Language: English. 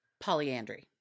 polyandry